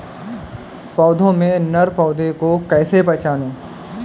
पौधों में नर पौधे को कैसे पहचानें?